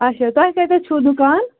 اَچھا تۄہہِ کَتیتھ چھُو دُکان